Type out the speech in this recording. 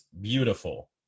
beautiful